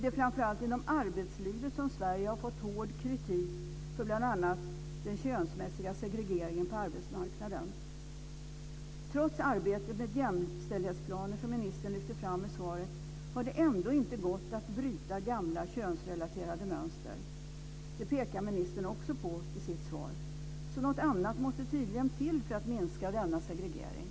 Det är framför allt inom arbetslivet som Sverige har fått hård kritik för bl.a. den könsmässiga segregeringen på arbetsmarknaden. Trots arbetet med jämställdhetsplaner, som ministern lyfter fram i svaret, har det ändå inte gått att bryta gamla, könsrelaterade mönster. Det pekar ministern också på i sitt svar. Något annat måste tydligen till för att minska denna segregering.